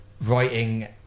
writing